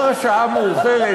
ולכן, נוכח השעה המאוחרת,